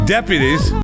Deputies